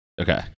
Okay